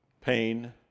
pain